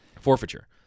forfeiture